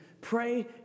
Pray